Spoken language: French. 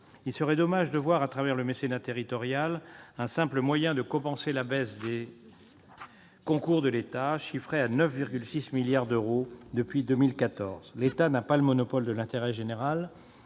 il serait dommage de voir dans le mécénat territorial un simple moyen de compenser la baisse des concours de l'État, évaluée à 9,6 milliards d'euros depuis 2014. L'État n'a pas le monopole de l'intérêt général.